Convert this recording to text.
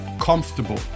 comfortable